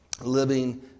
Living